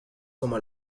como